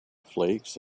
flakes